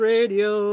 Radio